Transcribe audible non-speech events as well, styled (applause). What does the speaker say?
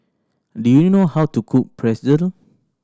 do you know how to cook (unintelligible)